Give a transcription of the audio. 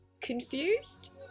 Confused